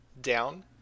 down